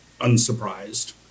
unsurprised